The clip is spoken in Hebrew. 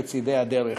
לצד הדרך.